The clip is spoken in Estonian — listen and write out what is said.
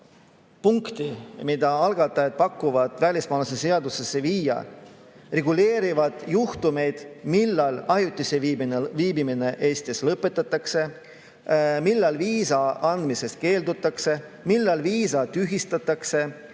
mida algatajad pakuvad välismaalaste seadusesse viia, reguleerivad juhtumeid, millal ajutine viibimine Eestis lõpetatakse, millal viisa andmisest keeldutakse, millal viisa tühistatakse,